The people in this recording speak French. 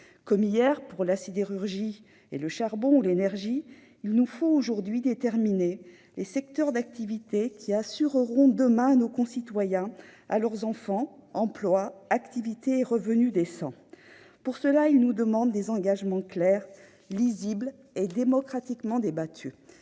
Comme hier pour la sidérurgie, le charbon ou l'énergie, il nous faut aujourd'hui déterminer les secteurs d'activité qui assureront, demain, à nos concitoyens et à leurs enfants emplois et revenus décents. Pour cela, ils réclament des engagements clairs, lisibles et démocratiquement débattus.